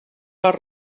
les